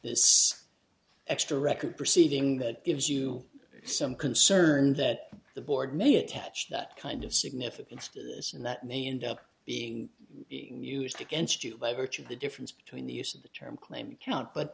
this extra record proceeding that gives you some concern that the board may attach that kind of significance to this and that may end up being being used against you by virtue of the difference between the use of the term claim account but